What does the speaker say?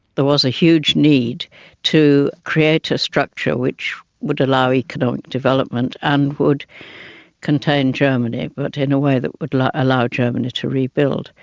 there was a huge need to create a structure which would allow economic development and would contain germany, but in a way that would allow germany to rebuild.